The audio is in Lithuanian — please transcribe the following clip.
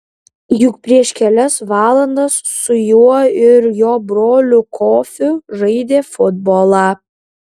juk prieš kelias valandas su juo ir jo broliu kofiu žaidė futbolą